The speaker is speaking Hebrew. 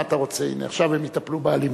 מה אתה רוצה, הנה, עכשיו הם יטפלו באלימות.